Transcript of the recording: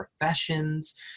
professions